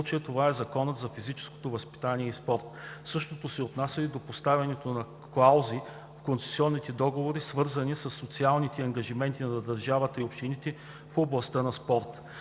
или в случая това е Законът за физическото възпитание и спорта. Същото се отнася и до поставянето на клаузи в концесионните договора, свързани със социалните ангажименти на държавата и общините в областта на спорта.